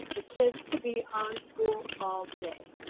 the kids to be on school all day.